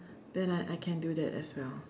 then I I can do that as well